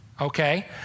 Okay